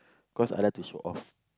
cause I like to show off